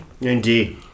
Indeed